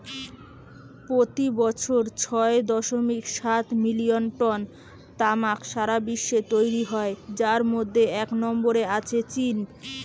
পোতি বছর ছয় দশমিক সাত মিলিয়ন টন তামাক সারা বিশ্বে তৈরি হয় যার মধ্যে এক নম্বরে আছে চীন